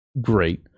Great